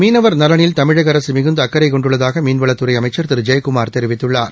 மீனவர் நலனில் தமிழக அரசு மிகுந்த அக்கறை கொண்டுள்ளதாக மீன்வளத்துறை அமைச்சர் திரு ஜெயக்குமார் தெரிவித்துள்ளார்